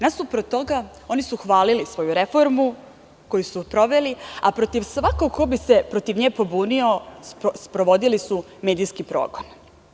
Nasuprot toga, oni su hvalili svoju reformu koju su sproveli, a protiv svakog ko bi se protiv nje pobunio, sprovodili su medijski progon.